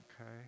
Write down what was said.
Okay